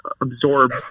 absorb